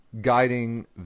guiding